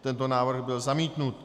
Tento návrh byl zamítnut.